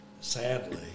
sadly